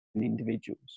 individuals